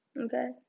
Okay